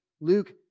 Luke